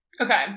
Okay